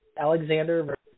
alexander